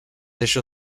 ello